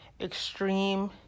extreme